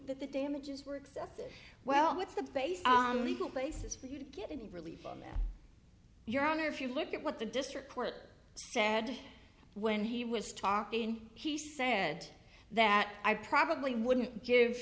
that the damages were accepted well what's the base legal places for you to get any relief on that your honor if you look at what the district court said when he was talking he said that i probably wouldn't give